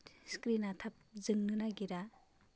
स्क्रिना थाब जोंनो नागिरा